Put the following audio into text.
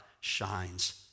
shines